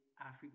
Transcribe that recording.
Africa